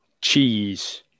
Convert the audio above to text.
Cheese